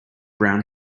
brown